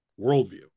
worldview